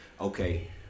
okay